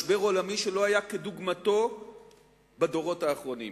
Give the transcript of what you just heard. משבר עולמי שלא היה כדוגמתו בדורות האחרונים,